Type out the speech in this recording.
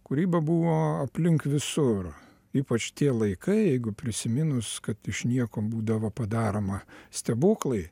kūryba buvo aplink visur ypač tie laikai jeigu prisiminus kad iš nieko būdavo padaroma stebuklai